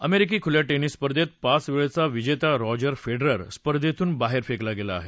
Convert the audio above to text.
अमेरिकी खुलया टेनिस स्पर्धेत पाच वेळचा विजेता रोजर फेडरर स्पर्धेतून बाहेर फेकला गेला आहे